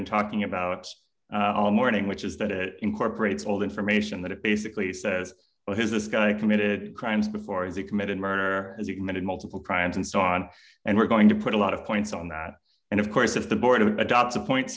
been talking about all morning which is that it incorporates all the information that it basically says what is this guy committed crimes before as he committed murder as you committed multiple crimes and so on and we're going to put a lot of points on that and of course if the board of adopts a point